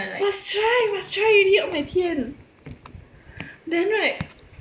must try must try already oh my 天 then right